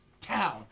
Town